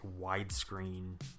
widescreen